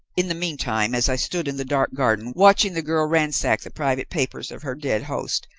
in the meantime, as i stood in the dark garden, watching the girl ransack the private papers of her dead host,